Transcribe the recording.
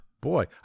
Boy